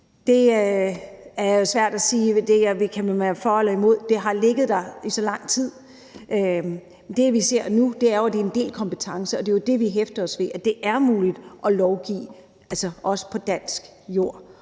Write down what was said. for eller imod. Det har ligget der i så lang tid. Det, vi ser nu, er, at det er en delt kompetence, og det er jo det, vi hæfter os ved, så det altså er muligt at lovgive også på dansk jord,